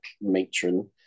matron